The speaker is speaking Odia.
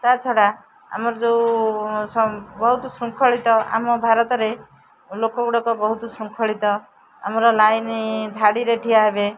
ତା' ଛଡ଼ା ଆମର ଯେଉଁ ବହୁତ ଶୃଙ୍ଖଳିତ ଆମ ଭାରତରେ ଲୋକଗୁଡ଼ିକ ବହୁତ ଶୃଙ୍ଖଳିତ ଆମର ଲାଇନ ଧାଡ଼ିରେ ଠିଆ ହେବେ